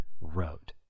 wrote